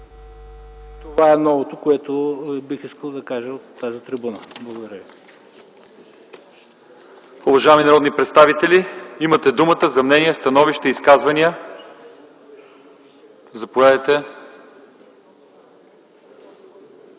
Това е новото, което бих искал да кажа от тази трибуна. Благодаря ви.